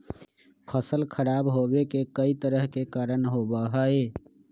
फसल खराब होवे के कई तरह के कारण होबा हई